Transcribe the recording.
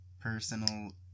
Personal